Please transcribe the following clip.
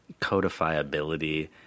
codifiability